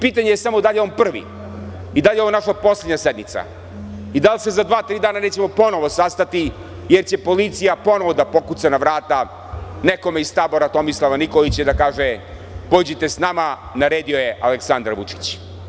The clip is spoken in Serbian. Pitanje je samo da li je on prvi i da li je ovo naša poslednja sednica i da li se za dva, tri dana nećemo ponovo sastati jer će policija ponovo da zakuca na vrata nekome iz tabora Tomislava Nikolića i da kaže – pođite sa nama, naredio je Aleksandar Vučić.